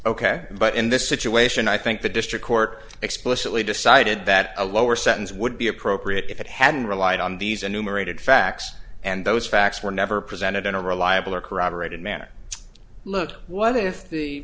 ok but in this situation i think the district court explicitly decided that a lower sentence would be appropriate if it hadn't relied on these or numerated facts and those facts were never presented in a reliable or corroborated manner look what if the